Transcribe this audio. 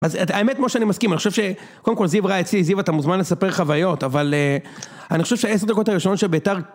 אז האמת כמו שאני מסכים, אני חושב שקודם כל זיו ראה אצלי, זיו אתה מוזמן לספר חוויות, אבל אני חושב שעשר דקות הראשונות שביתר